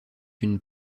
une